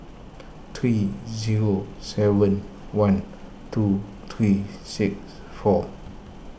three zero seven one two three six four